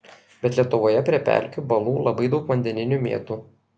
bet lietuvoje prie pelkių balų labai daug vandeninių mėtų